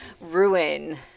ruin